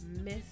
miss